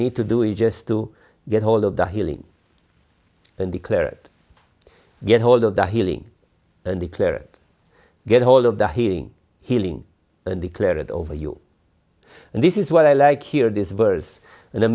need to do is just to get hold of the healing and declare it get hold of the healing and declare it get hold of the healing healing and declare it over you and this is what i like here this vers